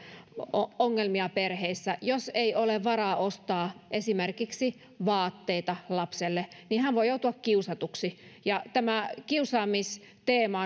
ongelmia perheissä jos ei ole varaa ostaa esimerkiksi vaatteita lapselle niin hän voi joutua kiusatuksi ja tämä kiusaamisteema